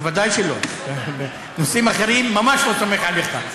בוודאי שלא, בנושאים אחרים ממש לא סומך עליך.